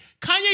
Kanye